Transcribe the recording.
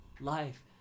life